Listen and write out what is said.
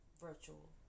Virtual